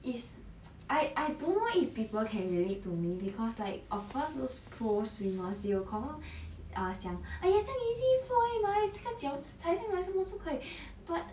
is I I don't know if people can relate to me because like of course those pro swimmers they will confirm ah 想 !aiya! 这样 easy float 而已 mah 那个脚抬上来是不是可以 but